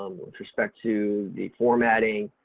with respect to the formatting,